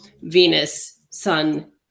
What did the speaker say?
Venus-Sun